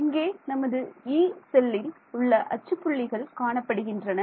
இங்கே நமது 'யீ' செல்லில் உள்ள அச்சு புள்ளிகள் காணப்படுகின்றன